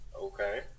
Okay